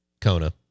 Kona